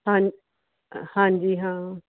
ਹਾਂਜੀ ਹਾਂਜੀ ਹਾਂ